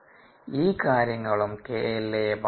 ഈ കാര്യങ്ങളും KLa യെ ബാധിക്കും